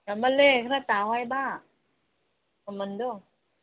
ꯌꯥꯝꯃꯜꯂꯦ ꯈꯔ ꯇꯥꯎ ꯍꯥꯏꯕ ꯃꯃꯟꯗꯣ